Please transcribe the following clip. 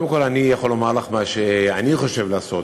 קודם כול אני יכול לומר לך מה שאני חושב לעשות.